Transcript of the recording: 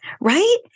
right